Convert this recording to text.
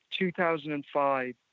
2005